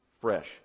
fresh